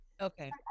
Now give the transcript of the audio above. Okay